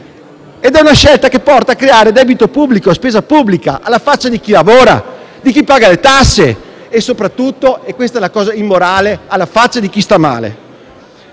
È una scelta che porta a creare debito pubblico e spesa pubblica, alla faccia di chi lavora, di chi paga le tasse e soprattutto - questa è la cosa immorale - alla faccia di chi sta male.